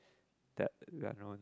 that we are known